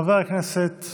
חבר הכנסת